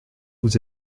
vous